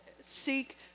seek